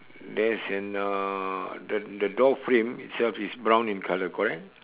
there's an uh the the door frame itself is brown in colour correct